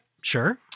sure